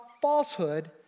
falsehood